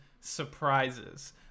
surprises